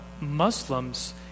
Muslims